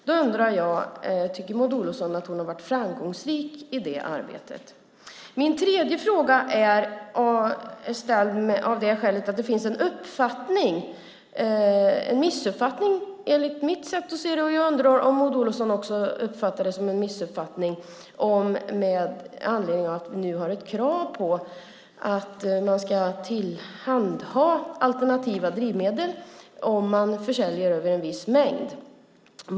Då undrar jag om Maud Olofsson tycker att hon har varit framgångsrik i arbetet. Min tredje fråga är ställd av det skälet att det finns en missuppfattning enligt mitt sätt att se det, och jag undrar om Maud Olofsson också anser att det är en missuppfattning, med anledning av att det finns ett krav på att man ska tillhandahålla alternativa drivmedel om man försäljer över en viss mängd.